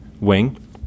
wing